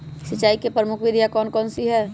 सिंचाई की प्रमुख विधियां कौन कौन सी है?